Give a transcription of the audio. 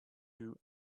you